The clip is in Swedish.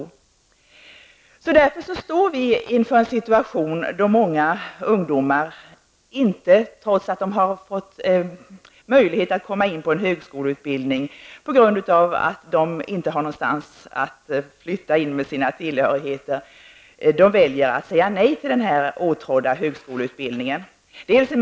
Vi står därför inför en situation då många ungdomar trots att de har kommit in på en högskoleutbildning väljer att säga nej till den åtrådda utbildningen, beroende på att de inte kan flytta in någonstans med sina tillhörigheter.